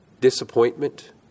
disappointment